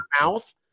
mouth